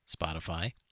Spotify